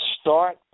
Start